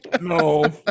No